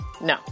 no